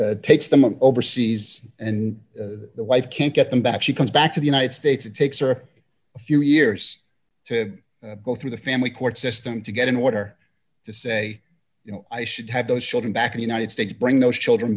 unlawfully takes them up overseas and the white can't get them back she comes back to the united states it takes her a few years to go through the family court system to get an order to say you know i should have those children back in united states bring those children